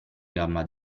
gamba